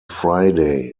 friday